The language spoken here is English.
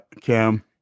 Cam